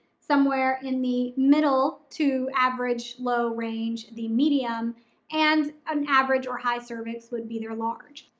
somewhere in the middle to average low range, the medium and an average or high cervix would be their large.